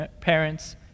parents